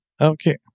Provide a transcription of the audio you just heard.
Okay